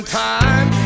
time